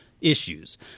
issues